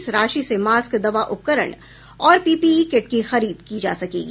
इस राशि से मास्क दवा उपकरण और पीपीइ किट की खरीद की जा सकेगी